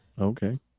Okay